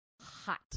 hot